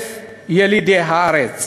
מ-50,000 ילידי הארץ.